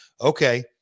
Okay